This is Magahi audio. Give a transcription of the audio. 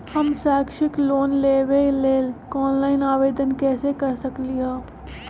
हम शैक्षिक लोन लेबे लेल ऑनलाइन आवेदन कैसे कर सकली ह?